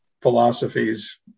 philosophies